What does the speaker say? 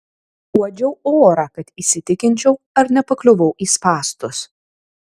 uodžiau orą kad įsitikinčiau ar nepakliuvau į spąstus